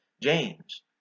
James